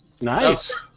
Nice